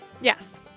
Yes